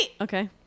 Okay